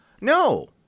No